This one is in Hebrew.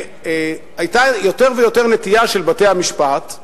והיתה יותר ויותר נטייה של בתי-המשפט,